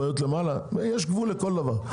יש גבול לכל דבר.